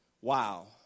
Wow